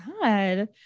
god